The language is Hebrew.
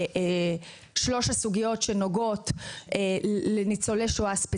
אלה שלוש הסוגיות שנוגעות ספציפית לניצולי שואה.